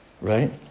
right